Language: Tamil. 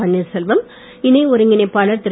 பன்னீர்செல்வம் இணை ஒருங்கினைப்பாளர் திரு